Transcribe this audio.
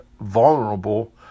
vulnerable